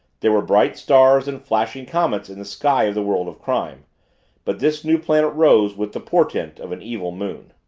there were bright stars and flashing comets in the sky of the world of crime but this new planet rose with the portent of an evil moon.